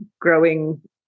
growing